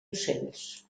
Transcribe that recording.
ocells